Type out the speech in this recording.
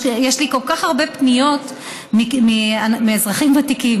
יש לי כל כך הרבה פניות מאזרחים ותיקים,